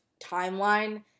timeline